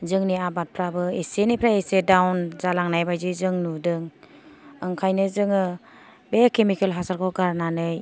जोंनि आबादफ्राबो एसेनिफ्राय एसे दाउन जालांनायबायदि जों नुदों ओंखायनो जों बे केमिकेल हासारखौ गारनानै